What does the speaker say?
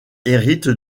hérite